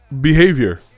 behavior